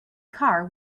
car